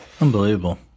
Unbelievable